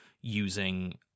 using